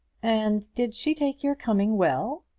and did she take your coming well?